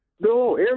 No